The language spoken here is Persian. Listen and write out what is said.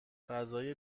غذای